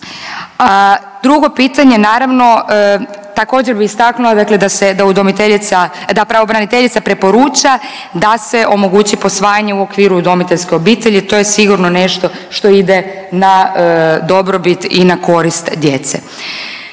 dakle da se, da udomiteljica, da pravobraniteljica preporuča da se omogući posvajanje u okviru udomiteljske obitelji. To je sigurno nešto što ide na dobrobit i na korist djece.